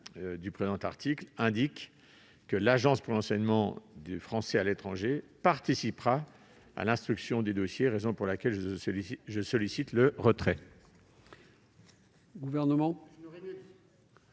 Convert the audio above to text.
du présent article indique que l'Agence pour l'enseignement français à l'étranger participera à l'instruction des dossiers. Je sollicite le retrait